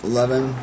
Eleven